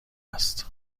است